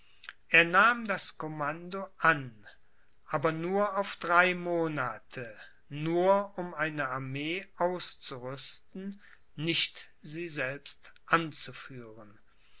er nahm das commando an aber nur auf drei monate nur um eine armee auszurüsten nicht sie selbst